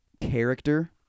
character